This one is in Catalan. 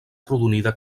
arrodonida